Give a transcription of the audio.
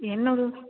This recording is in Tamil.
என்னோடய